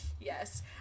Yes